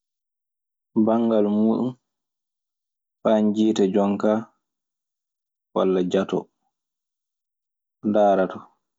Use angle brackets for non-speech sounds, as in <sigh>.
<hesitation> banngal muuɗun faa njiita jonka walla jatoo ndaarata.